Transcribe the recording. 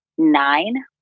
Nine